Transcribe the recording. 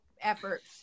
efforts